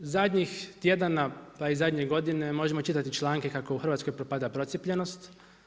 Zadnjih tjedana pa i zadnje godine možemo čitati članke kako u Hrvatskoj propada procijepljenost.